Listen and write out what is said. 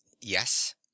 Yes